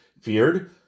feared